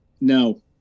No